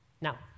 Now